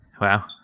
Wow